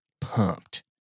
pumped